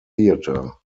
theatre